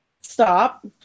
Stop